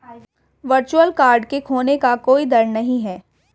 virtual card के खोने का कोई दर नहीं है